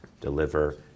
deliver